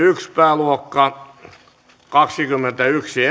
pääluokka kaksikymmentäyksi